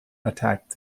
attacked